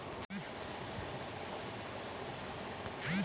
यदि कोनो कारन ले ऋण पटाय मा मोला देर हो जाथे, तब के प्रक्रिया ला बतावव